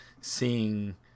seeing